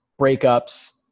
breakups